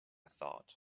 thought